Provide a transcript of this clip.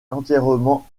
entièrement